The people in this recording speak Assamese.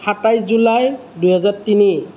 সাতাইছ জুলাই দুহেজাৰ তিনি